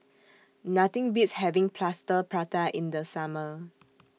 Nothing Beats having Plaster Prata in The Summer